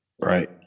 Right